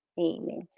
Amen